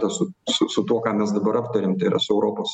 su tuo ką mes dabar aptarėm tai yra su europos